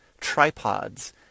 tripods